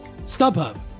StubHub